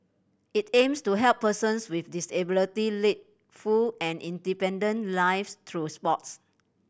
it aims to help persons with disability lead full and independent lives through sports